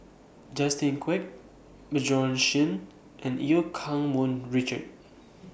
Justin Quek Bjorn Shen and EU Keng Mun Richard